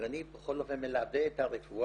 אבל אני בכל אופן מלווה את הרפואה